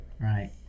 Right